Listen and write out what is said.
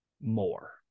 more